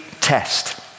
Test